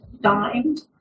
Dined